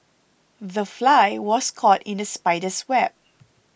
the fly was caught in the spider's web